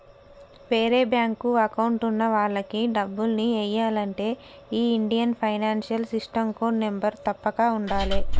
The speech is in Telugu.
వేరే బ్యేంకు అకౌంట్ ఉన్న వాళ్లకి డబ్బుల్ని ఎయ్యాలంటే ఈ Indian financial system code number తప్పక ఉండాలే